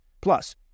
Plus